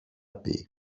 πει